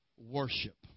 worship